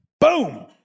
Boom